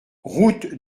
route